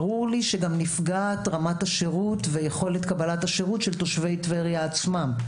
ברור לי שגם נפגעת רמת השרות ויכולת קבלת השירות של תושבי טבריה עצמם,